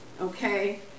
okay